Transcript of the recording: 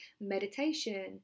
meditation